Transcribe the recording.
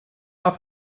auf